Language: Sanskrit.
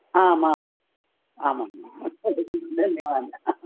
आमामाम् आमां तदपि धन्यवादः